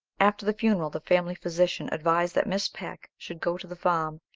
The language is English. after the funeral, the family physician advised that miss peck should go to the farm,